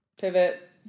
Pivot